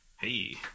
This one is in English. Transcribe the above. Hey